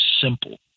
simple